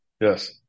yes